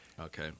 Okay